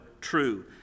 true